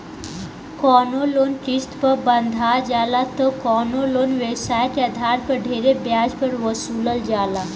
कवनो लोन किस्त पर बंधा जाला त कवनो लोन व्यवसाय के आधार पर ढेरे ब्याज पर वसूलल जाला